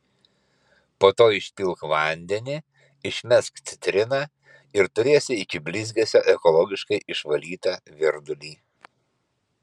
po to išpilk vandenį išmesk citriną ir turėsi iki blizgesio ekologiškai išvalytą virdulį